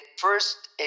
first